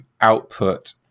output